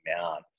mount